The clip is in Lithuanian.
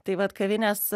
tai vat kavinės